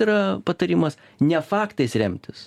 yra patarimas ne faktais remtis